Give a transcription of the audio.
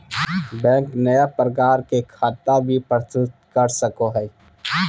bank नया प्रकार के खता भी प्रस्तुत कर सको हइ